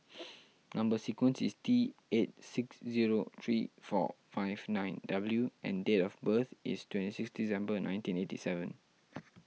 Number Sequence is T eight six zero three four five nine W and date of birth is twenty six December nineteen eighty seven